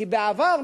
כי בעבר,